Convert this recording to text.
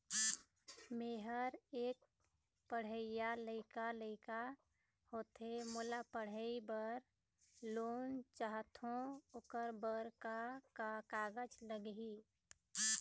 मेहर एक पढ़इया लइका लइका होथे मोला पढ़ई बर लोन चाहथों ओकर बर का का कागज लगही?